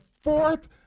fourth